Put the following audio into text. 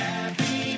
Happy